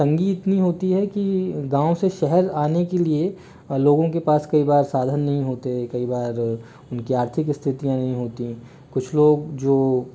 तंगी होती है कि गाँव से शहर आने के लिए लोगों के पास कई बार साधन नहीं होते कई बार उनकी आर्थिक स्थितियाँ नहीं होती कुछ लोग जो